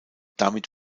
damit